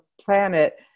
planet